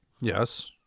Yes